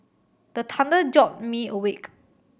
the thunder jolt me awake